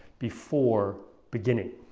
before beginning.